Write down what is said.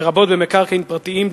לרבות במקרקעין פרטיים,